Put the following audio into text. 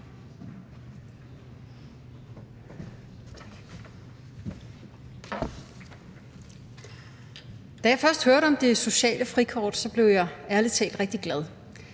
Da jeg først hørte om det sociale frikort, blev jeg ærlig talt